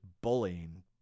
bullying